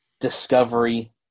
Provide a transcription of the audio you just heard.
discovery